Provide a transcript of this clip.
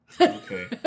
okay